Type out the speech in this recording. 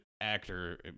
actor